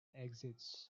exits